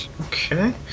Okay